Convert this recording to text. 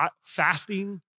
fasting